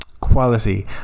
quality